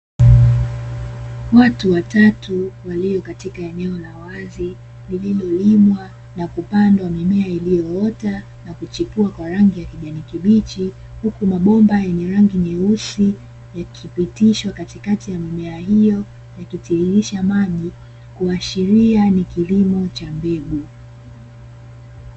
Watu watatu walio katika eneo la wazi lililolimwa na kupandwa mimea, iliyoota na kuchipua kwa rangi ya kijani kibichi, huku mabomba yenye rangi nyeusi yakipitishwa katikati ya mimea hiyo yakitiririsha maji yakiashiria ni kilimo cha mbegu.